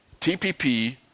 TPP